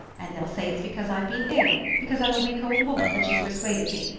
and they'll say it's because i've been ill, because i'm a weak old woman, that she's persuaded me.